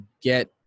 get